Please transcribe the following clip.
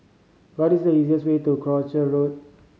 what is the easiest way to Croucher Road